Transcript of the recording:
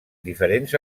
diferents